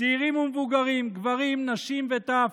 צעירים ומבוגרים, גברים, נשים וטף,